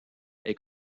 est